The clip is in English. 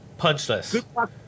Punchless